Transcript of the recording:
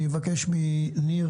אני מבקש מניר